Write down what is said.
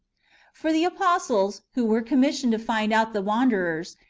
for the apostles, who were commissioned to find out the wanderers,